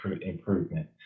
improvement